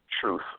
truth